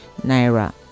naira